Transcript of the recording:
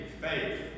faith